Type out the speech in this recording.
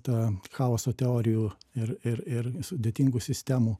tą chaoso teorijų ir ir ir sudėtingų sistemų